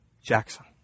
Jackson